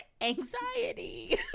anxiety